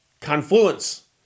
confluence